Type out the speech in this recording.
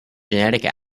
genetic